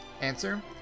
Answer